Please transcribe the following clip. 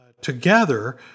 together